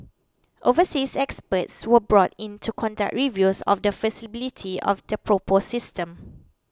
overseas experts were brought in to conduct reviews of the feasibility of the proposed system